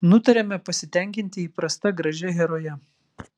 nutarėme pasitenkinti įprasta gražia heroje